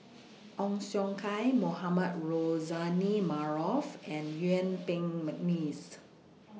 Ong Siong Kai Mohamed Rozani Maarof and Yuen Peng Mcneice